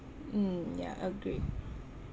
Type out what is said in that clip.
mm yeah agree